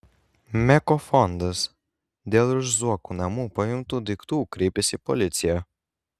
meko fondas dėl iš zuokų namų paimtų daiktų kreipėsi į policiją